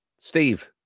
Steve